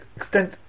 extent